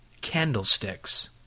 candlesticks